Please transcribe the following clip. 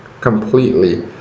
completely